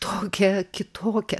tokią kitokią